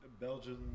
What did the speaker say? Belgian